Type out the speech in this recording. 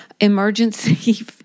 emergency